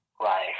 Right